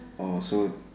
orh so